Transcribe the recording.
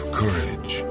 courage